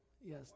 yes